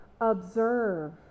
observe